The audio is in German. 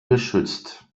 geschützt